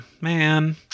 man